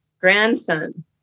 grandson